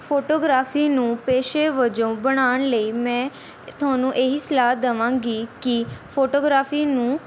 photography ਨੂੰ ਪੇਸ਼ੇ ਵਜੋਂ ਬਣਾਉਣ ਲਈ ਮੈਂ ਤੁਹਾਨੂੰ ਇਹ ਹੀ ਸਲਾਹ ਦੇਵਾਂਗੀ ਕਿ ਫੋਟੋਗ੍ਰਾਫੀ ਨੂੰ